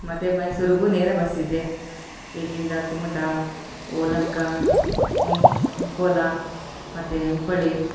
ಮತ್ತು ಮೈಸೂರ್ಗು ನೇರ ಬಸ್ ಇದೆ ಇಲ್ಲಿಂದ ಕುಮಟ ಒಲಂಕ ಅಂಕೋಲ ಮತ್ತು ಹುಬ್ಬಳ್ಳಿ